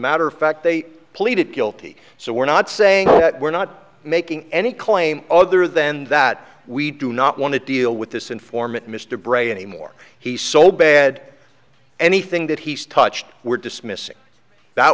matter of fact they pleaded guilty so we're not saying we're not making any claim other than that we do not want to deal with this informant mr bray anymore he's so bad anything that he's touched we're dismissing that